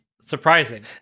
surprising